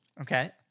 Okay